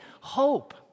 hope